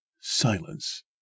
Silence